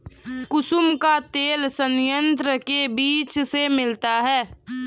कुसुम का तेल संयंत्र के बीज से मिलता है